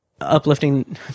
uplifting